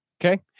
Okay